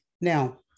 Now